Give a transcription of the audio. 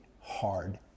hard